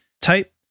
type